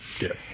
Yes